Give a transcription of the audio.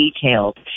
detailed